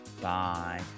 Bye